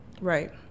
Right